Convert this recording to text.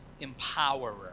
empowerer